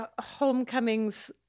Homecoming's